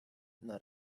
not